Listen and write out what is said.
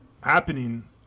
happening